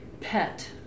pet